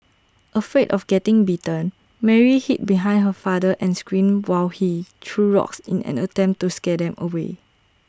afraid of getting bitten Mary hid behind her father and screamed while he threw rocks in an attempt to scare them away